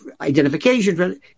identification